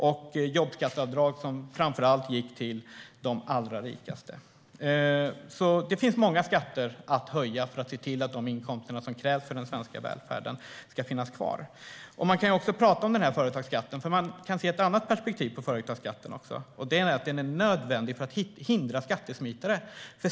Och ni införde jobbskatteavdrag som framför allt gick till de allra rikaste. Det finns många skatter att höja för att se till att de inkomster som krävs för den svenska välfärden ska finnas. Man kan också prata om företagsskatten, för man kan ha ett annat perspektiv på företagsskatten, nämligen att den är nödvändig för att hindra skattesmitare.